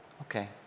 Okay